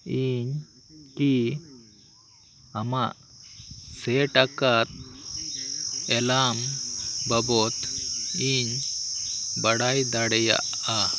ᱤᱧ ᱠᱤ ᱟᱢᱟᱜ ᱥᱮᱴ ᱟᱠᱟᱫ ᱮᱞᱟᱨᱢ ᱵᱟᱵᱚᱫ ᱤᱧ ᱵᱟᱲᱟᱭ ᱫᱟᱲᱮᱭᱟᱜᱼᱟ